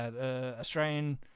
Australian